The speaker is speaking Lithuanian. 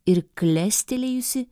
ir klestelėjusi